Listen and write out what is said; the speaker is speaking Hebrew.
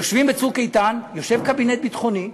יושבים, ב"צוק איתן", יושב קבינט ביטחוני,